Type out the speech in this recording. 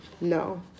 No